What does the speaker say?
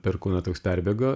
perkūno toks perbėgo